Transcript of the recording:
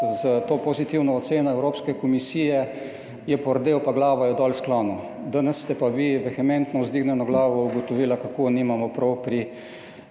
s to pozitivno oceno Evropske komisije, je pordel pa glavo je dol sklonil, danes ste pa vi vehementno, z vzdignjeno glavo ugotovili, kako nimamo prav pri